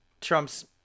Trump's